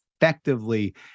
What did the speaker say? effectively